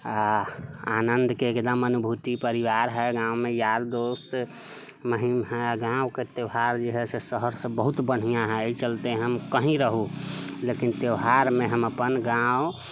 आ आनन्दके एकदम अनुभूति परिवार हइ गाँवमे यार दोस्त महीम हइ आ गाँवके त्यौहार जे हइ शहर से बहुत बढ़िआँ हइ एहि चलते हम कही रहू लेकिन त्यौहारमे हम अपन गाँव